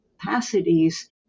capacities